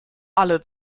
alle